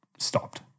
stopped